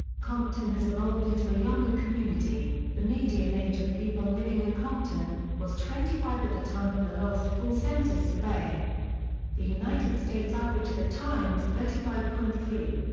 compton has evolved into a younger community, the median age of people living in compton, was twenty five at the time of the last full census survey the united states average at the time was thirty five point three.